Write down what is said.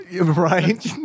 Right